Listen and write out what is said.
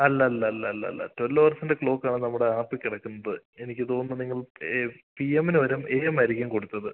അല്ലല്ലല്ലല്ല twelve ഹവേർസിൻ്റെ clock ആണ് നമ്മുടെ ആപ്പിൽ കിടക്കുന്നത് എനിക്ക് തോന്നുന്നു നിങ്ങൾ പി എമ്മിന് പകരം എ എമ്മ് ആയിരിക്കും കൊടുത്തത്